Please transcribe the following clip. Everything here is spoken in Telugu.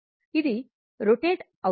ఇది రొటేట్ అవుతుంది